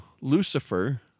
Lucifer